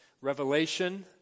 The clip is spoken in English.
revelation